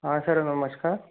हाँ सर नमस्कार